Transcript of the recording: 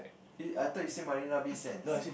I thought you say marina-bay-sands